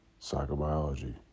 psychobiology